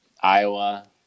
Iowa